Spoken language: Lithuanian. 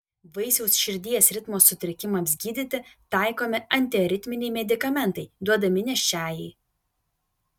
vaisiaus širdies ritmo sutrikimams gydyti taikomi antiaritminiai medikamentai duodami nėščiajai